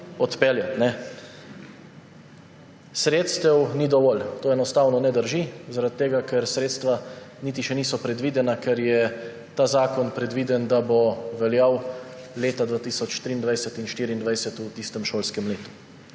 odpeljati. »Sredstev ni dovolj.« To enostavno ne drži, zaradi tega ker sredstva niti še niso predvidena, ker je ta zakon predviden, da bo veljal leta 2023 in 2024, v tistem šolskem letu.